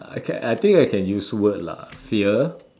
uh I can I think I can use word lah fear